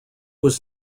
was